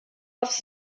aufs